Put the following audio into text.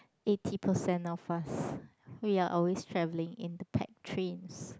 eighty percent of us we are always traveling in the pack trains